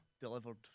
delivered